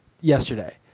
yesterday